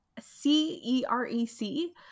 C-E-R-E-C